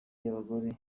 y’abagabo